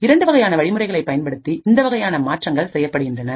இரண்டு வகையான வழிமுறைகளை பயன்படுத்தி இந்த வகையான மாற்றங்கள் செய்யப்படுகின்றன